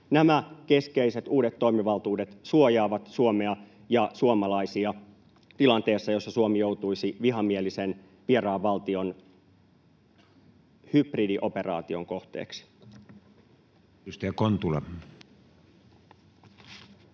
Nämä keskeiset uudet toimivaltuudet suojaavat Suomea ja suomalaisia tilanteessa, jossa Suomi joutuisi vihamielisen vieraan valtion hybridioperaation kohteeksi.